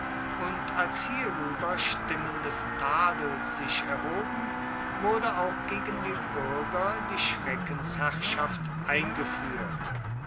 und als hierüber stimmen des tadels sich erhoben wurde auch gegen die bürger die schreckensherrschaft eingeführt